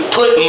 put